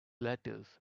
letters